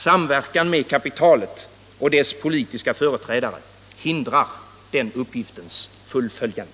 Samverkan med kapitalet och dess politiska företrädare hindrar den uppgiftens fullföljande.